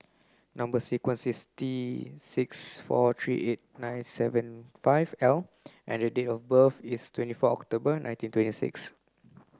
number sequence is T six four three eight nine seven five L and date of birth is twenty four October nineteen twenty six